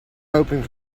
hoping